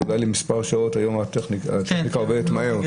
זה עולה למספר שעות כי היום הטכניקה עובדת מהר,